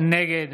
נגד